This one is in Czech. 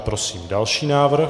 Prosím další návrh.